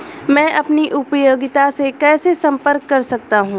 मैं अपनी उपयोगिता से कैसे संपर्क कर सकता हूँ?